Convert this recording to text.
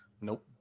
Nope